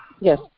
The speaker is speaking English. Yes